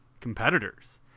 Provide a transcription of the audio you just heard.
competitors